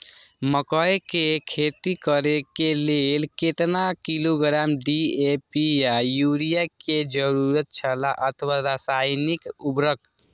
मकैय के खेती करे के लेल केतना किलोग्राम डी.ए.पी या युरिया के जरूरत छला अथवा रसायनिक उर्वरक?